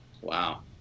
Wow